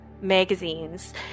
magazines